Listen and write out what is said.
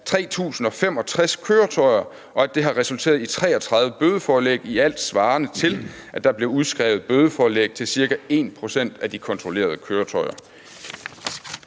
3.065 køretøjer, og at det har resulteret i 33 bødeforlæg. I alt svarer det til, at der blev udskrevet bødeforlæg til ca. 1 pct. af de kontrollerede køretøjer.